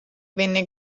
venne